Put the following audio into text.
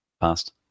past